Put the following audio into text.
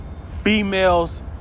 Females